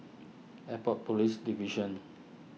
Airport Police Division